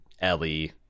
Ellie